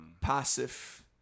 passive